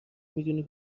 میدونی